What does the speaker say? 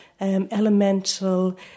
elemental